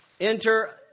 Enter